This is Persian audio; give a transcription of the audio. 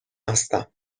هستم